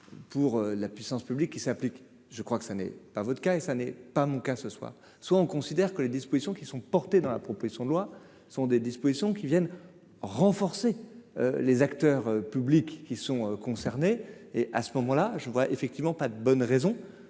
pour la puissance publique qui s'applique, je crois que ça n'est pas votre cas et ça n'est pas mon cas, ce soir, soit on considère que les dispositions qui sont portées dans la proposition de loi sont des dispositions qui viennent renforcer les acteurs publics qui sont concernés, et à ce moment-là je vois effectivement pas de bonnes raisons